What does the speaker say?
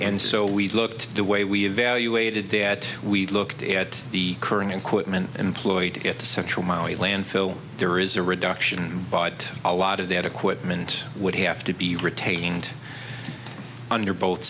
and so we looked the way we evaluated that we looked at the current in quitman employed to get the central mali landfill there is a reduction but a lot of that equipment would have to be retained under both